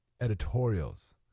editorials